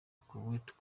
karrueche